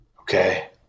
Okay